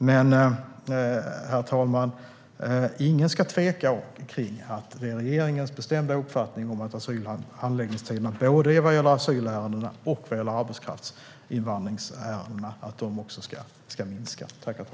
Men, herr talman, ingen ska tveka om att det är regeringens bestämda uppfattning att handläggningstiderna både vad gäller asylärenden och vad gäller arbetskraftsinvandringsärendena ska minska.